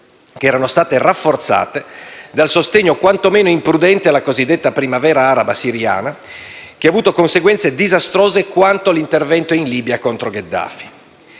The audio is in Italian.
che erano state rafforzate dal sostegno quantomeno imprudente alla cosiddetta primavera araba siriana, che ha avuto conseguenze disastrose quanto l'intervento in Libia contro Gheddafi.